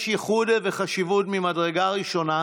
יש ייחוד וחשיבות ממדרגה ראשונה